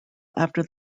after